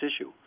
issue